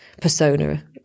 persona